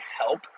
help